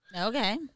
Okay